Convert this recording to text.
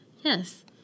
yes